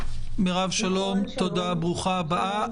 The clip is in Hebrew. מירב שלום, ברוכה הבאה.